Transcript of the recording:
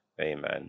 Amen